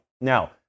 Now